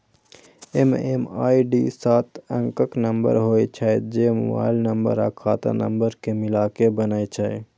MMID सात अंकक number होइ छै, जे मोबाइल नंबर आ खाता नंबर कें मिलाके बनै छै